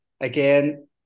again